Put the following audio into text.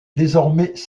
désormais